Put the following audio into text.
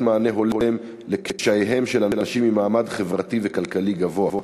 מענה הולם לקשייהם של אנשים ממעמד חברתי וכלכלי גבוה.